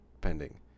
Pending